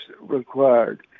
required